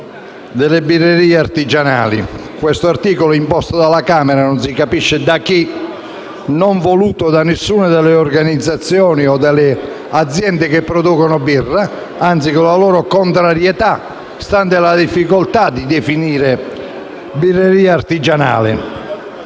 delle birrerie artigianali, su un articolo imposto alla Camera e non si capisce da chi, non voluto da alcuna delle organizzazioni o dalle aziende che producono birra (anzi, con la loro contrarietà, stante la difficoltà di definire il concetto di birreria artigianale).